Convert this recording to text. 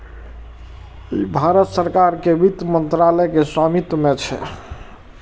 ई भारत सरकार के वित्त मंत्रालय के स्वामित्व मे छै